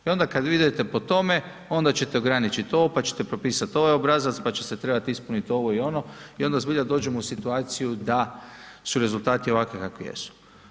I onda kada vi idete po tome onda ćete ograničiti ovo, pa ćete propisati ovaj obrazac, pa će se trebati ispuniti ovo i ono i onda zbilja dođemo u situaciju da su rezultati ovakvi kakvi jesu.